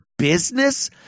business